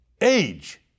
age